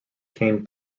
came